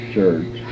Church